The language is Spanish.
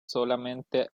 solamente